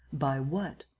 by what?